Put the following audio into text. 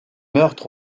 meurtres